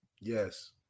Yes